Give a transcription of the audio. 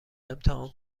امتحان